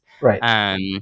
right